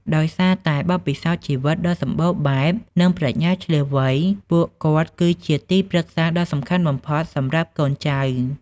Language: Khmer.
ដោយសារតែ បទពិសោធន៍ជីវិតដ៏សម្បូរបែប និងប្រាជ្ញាឈ្លាសវៃ ពួកគាត់គឺជា ទីប្រឹក្សាដ៏សំខាន់បំផុត សម្រាប់កូនចៅ។